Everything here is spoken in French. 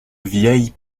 vieille